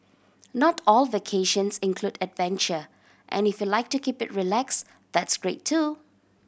not all vacations include adventure and if you like to keep it relax that's great too